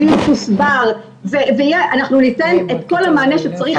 אנחנו ניתן את כל המענה שצריך.